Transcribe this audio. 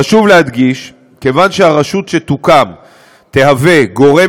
חשוב להדגיש: כיוון שהרשות שתוקם תשמש גורם